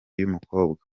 y’umukobwa